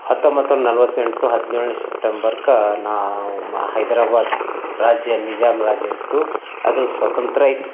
ಹತ್ತೊಂಬತ್ನೂರ ನಲವತ್ತೆಂಟು ಹದಿನೇಳ್ನೆ ಸೆಪ್ಟೆಂಬರ್ಕಾ ನಾವು ಹೈದರಾಬಾದ್ ರಾಜ್ಯ ನಿಜಾಮ್ ರಾಜ್ಯ ಇತ್ತು ಅದು ಸ್ವತಂತ್ರ ಆಯ್ತು